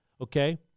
Okay